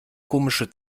komische